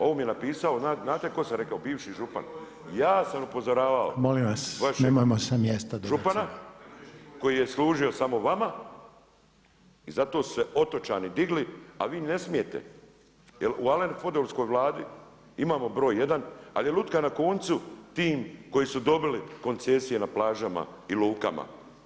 Ovo mi je napisao znate tko sam rekao bivši župan [[Upadica Reiner: Molim vas, nemojmo s mjesta dobacivati.]] Ja sam upozoravao vašeg župana koji je služio samo vama i zato su se otočani digli a vi ne smijete jer u Alen Fordovskoj Vladi imamo br. 1., ali je lutka na koncu tim koji su dobili koncesije na plažama i lukama.